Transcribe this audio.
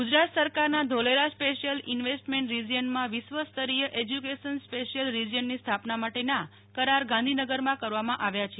R Gujarat સરકારના Dholera special investment રીજીયનમાં વિશ્વસ્તરીય એજ્યુ કેશન સ્પેશ્યલ રીજીયન ની સ્થાપના માટેના કરાર ગાંધીનગરમાં કરવામાં આવ્યા છે